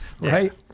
right